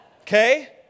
okay